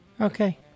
okay